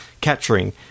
capturing